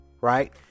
right